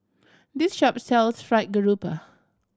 this shop sells Fried Garoupa